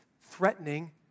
threatening